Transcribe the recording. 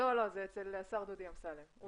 לא, זה אצל השר דודי אמסלם.